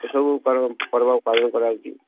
ଏ ସବୁ ପର୍ବ ପର୍ବ ପାଳନ କରାଯାଉଛି